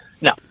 No